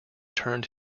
turned